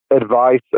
advice